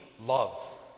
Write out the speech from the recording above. love